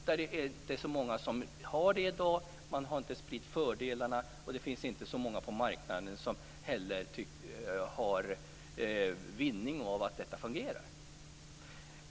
Det är inte så många som har detta i dag, kunskapen om fördelarna har inte spritts och det är inte så många på marknaden som har vinning av att detta fungerar.